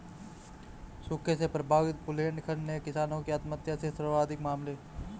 सूखे से प्रभावित बुंदेलखंड में किसानों की आत्महत्या के सर्वाधिक मामले है